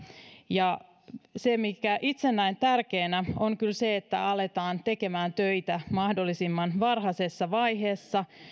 se minkä itse näen tärkeänä on kyllä se että aletaan tekemään töitä mahdollisimman varhaisessa vaiheessa että